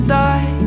die